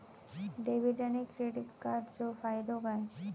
Debit आणि credit कार्डचो फायदो काय?